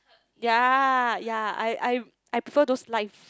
yea yea I I I prefer those life